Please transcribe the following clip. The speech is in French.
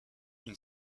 une